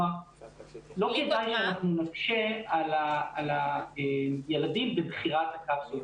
לא כדאי שאנחנו נקשה על הילדים בבחירת הקפסולות.